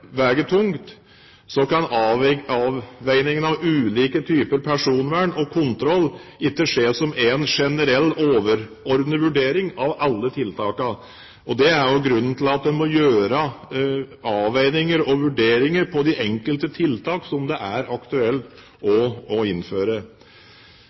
tungt, kan avveiningen av ulike typer personvern og kontroll ikke skje som en generell overordnet vurdering av alle tiltakene. Det er jo grunnen til at en må gjøre avveininger og vurderinger av de enkelte tiltak som det er aktuelt å